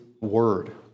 word